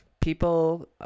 people